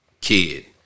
kid